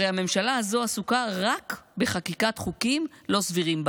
הרי הממשלה הזו עסוקה רק בחקיקת חוקים לא סבירים בעליל.